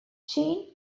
jean